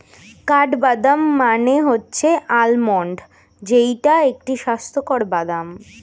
কাঠবাদাম মানে হচ্ছে আলমন্ড যেইটা একটি স্বাস্থ্যকর বাদাম